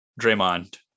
Draymond